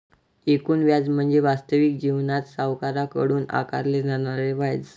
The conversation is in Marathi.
एकूण व्याज म्हणजे वास्तविक जीवनात सावकाराकडून आकारले जाणारे व्याज